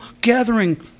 gathering